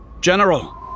General